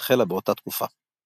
החלה באותה תקופה.